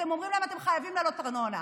אתם אומרים להם: אתם חייבים להעלות ארנונה.